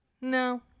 no